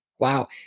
Wow